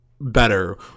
better